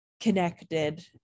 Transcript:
connected